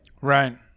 Right